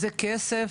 זה כסף?